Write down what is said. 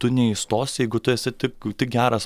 tu neįstosi jeigu tu esi tik tik geras